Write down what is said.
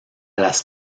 las